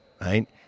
Right